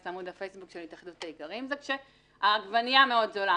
לעמוד הפייסבוק של התאחדות האיכרים זה כשהעגבנייה מאוד זולה,